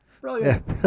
Brilliant